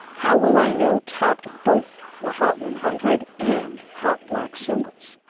how will i know? topped both the hot one hundred and hot black singles.